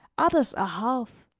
others a half,